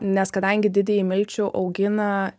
nes kadangi didįjį milčių augina